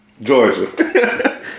Georgia